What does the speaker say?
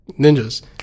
ninjas